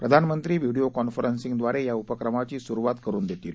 प्रधानमंत्री व्हिडिओ कॉन्फरन्सिंगद्वारे या उपक्रमाची सुरुवात करुन देताल